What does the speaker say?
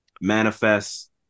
Manifest